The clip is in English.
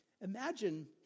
Imagine